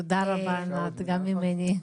תודה רבה, ענת, גם ממני.